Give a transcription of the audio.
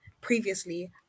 previously